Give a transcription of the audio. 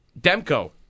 Demko